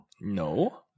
No